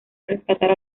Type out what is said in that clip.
rescatar